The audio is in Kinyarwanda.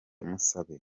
musabe